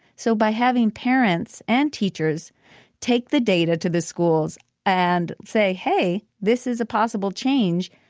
so by having parents and teachers take the data to the schools and say, hey, this is a possible change,